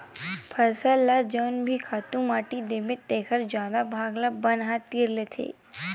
फसल ल जउन भी खातू माटी देबे तेखर जादा भाग ल बन ह तीर लेथे